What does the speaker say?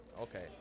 okay